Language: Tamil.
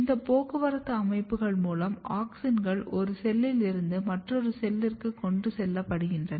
இந்த போக்குவரத்து அமைப்புகள் மூலம் ஆக்ஸின்கள் ஒரு செல்லில் இருந்து மற்றொரு செல்லிற்கு கொண்டு செல்லப்படுகின்றன